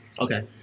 Okay